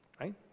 right